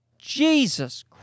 Jesus